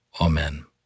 Amen